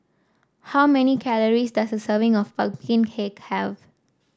how many calories does a serving of pumpkin cake have